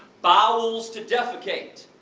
bowels to defecate,